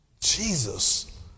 Jesus